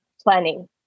planning